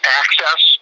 access